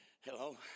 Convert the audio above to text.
Hello